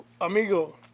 amigo